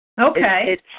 Okay